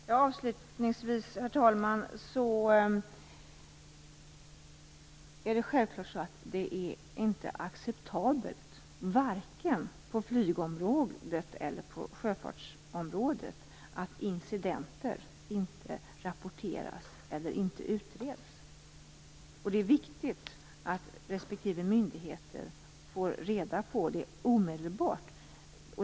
Herr talman! Avslutningsvis är det självfallet inte acceptabelt, vare sig på flygområdet eller på sjöfartsområdet, att incidenter inte rapporteras och utreds. Det är viktigt att respektive myndigheter underrättas om dem omedelbart.